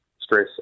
stress